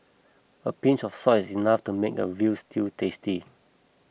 a pinch of salt is enough to make a Veal Stew tasty